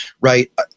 right